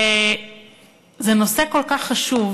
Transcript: זה נושא כל כך חשוב,